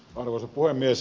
arvoisa puhemies